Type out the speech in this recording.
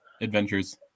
adventures